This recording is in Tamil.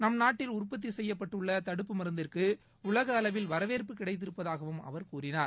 நம் நாட்டில் உற்பத்தி செய்யப்தப்பட்டுள்ள தடுப்பு முருந்திற்கு உலக அளவில் வரவேற்பு கிடைத்திருப்பதாகவும் அவர் கூறினார்